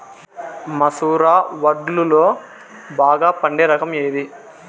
మసూర వడ్లులో బాగా పండే రకం ఏది?